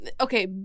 Okay